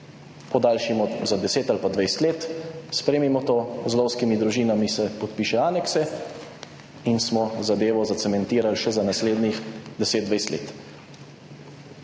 podaljšajmo za 10 ali pa 20 let, sprejmimo to, z lovskimi družinami se podpiše anekse, in smo zadevo zacementirali še za naslednjih 10, 20 let.